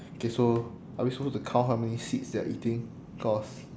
okay so are we supposed to count how many seeds they are eating cause